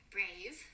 Brave